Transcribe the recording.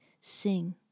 sing